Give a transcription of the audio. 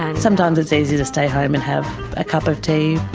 and sometimes it's easier to stay home and have a cup of tea.